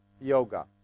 yoga